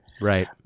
right